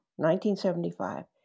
1975